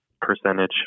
percentage